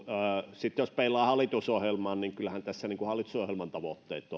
sitten jos peilaa hallitusohjelmaan niin kyllähän tässä hallitusohjelman tavoitteet